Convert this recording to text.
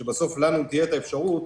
כדי שבסוף לנו תהיה את האפשרות